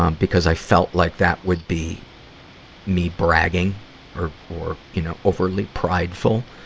um because i felt like that would be me bragging or, or, you know, overly prideful.